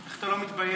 איך אתה לא מתבייש?